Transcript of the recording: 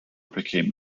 became